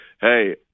hey